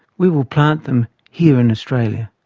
we will plant them here in australia.